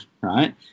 right